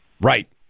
Right